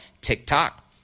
TikTok